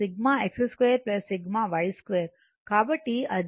66 2 అవుతుంది ఇది 13